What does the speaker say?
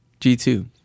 G2